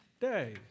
day